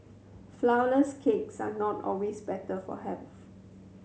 flourless cakes are not always better for health